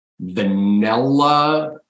vanilla